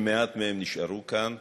שמעט מהם נשארו כאן,